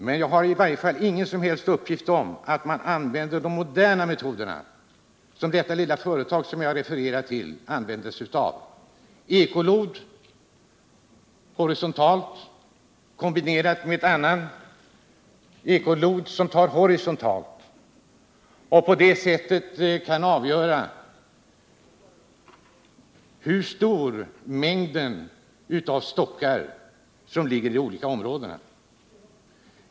Men jag har i varje fall ingen som helst uppgift om att man använder de moderna metoderna, som detta lilla företag som jag har refererat till använder sig av — ett vertikalt arbetande ekolod kompletterat med ett ekolod som mäter horisontalt. På det sättet kan man avgöra hur stor mängd stockar som ligger i de olika områdena.